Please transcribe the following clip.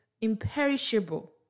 imperishable